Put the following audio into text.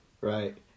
Right